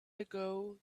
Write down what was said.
ago